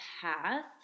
path